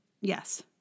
yes